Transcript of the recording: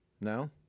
No